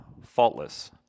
faultless